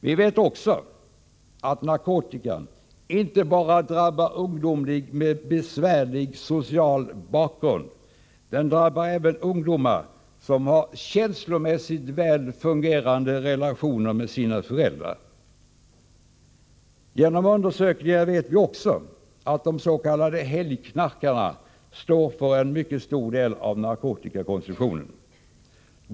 Vi vet också att narkotikan inte bara drabbar ungdomar med en besvärlig social bakgrund, utan även ungdomar som har känslomässigt väl fungerande relationer med sina föräldrar. Genom undersökningar har vi också fått klart för oss att ”helgknarkarna” står för en mycket stor del av narkotikakonsumtionen.